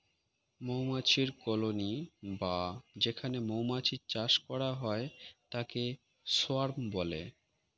মৌমাছির কলোনি বা যেখানে মৌমাছির চাষ করা হয় তাকে সোয়ার্ম বলে